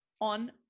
on